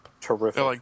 Terrific